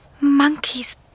Monkey's